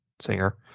singer